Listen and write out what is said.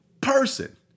person